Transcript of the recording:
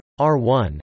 R1